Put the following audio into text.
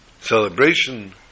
celebration